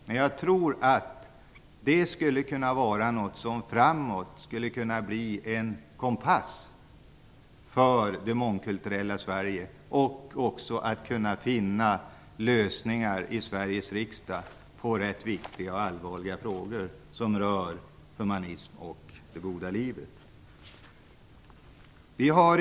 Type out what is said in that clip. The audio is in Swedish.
Men jag tror att det framgent skulle kunna bli en kompass för det mångkulturella Sverige, så att man också i Sveriges riksdag kan finna lösningar på ganska viktiga och allvarliga frågor som rör humanism och det goda livet.